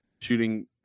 shooting